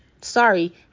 Sorry